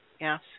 Yes